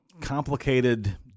complicated